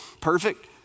perfect